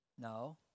No